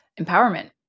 empowerment